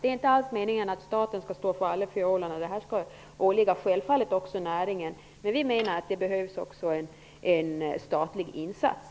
Det är inte alls meningen att staten skall stå för alla fiolerna. Det åligger självfallet också näringen. Men vi menar att det också behövs en statlig insats.